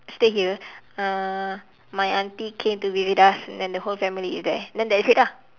stay here uh my aunty came to visit us and then the whole family is there and then that's it ah